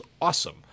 awesome